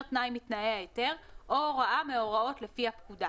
תנאי מתנאי ההיתר או הוראה מההוראות לפי הפקודה,